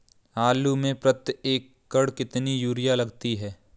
आलू में प्रति एकण कितनी यूरिया लगती है?